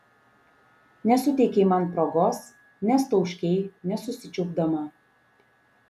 nesuteikei man progos nes tauškei nesusičiaupdama